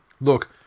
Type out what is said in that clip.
Look